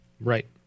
Right